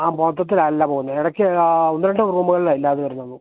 ആ മൊത്തത്തിൽ അല്ല പോകുന്നത് ഇടയ്ക്ക് ഒന്ന് രണ്ട് റൂമുകളിലാണ് ഇല്ലാതെ വരുന്നുള്ളു